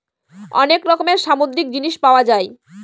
অনেক রকমের সামুদ্রিক জিনিস পাওয়া যায়